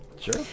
Sure